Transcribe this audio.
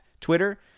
Twitter